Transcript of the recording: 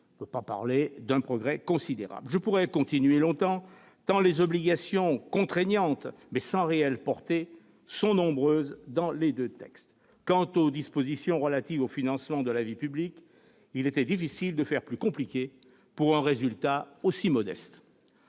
On ne peut pas parler d'un progrès considérable ! Je pourrai continuer longtemps, tant les obligations contraignantes, mais sans réelle portée, sont nombreuses dans les deux textes. Quant aux dispositions relatives au financement de la vie publique, il était difficile de faire plus compliqué pour un résultat aussi modeste.